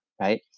right